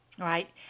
Right